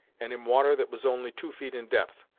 and in water that was only two feet in depth,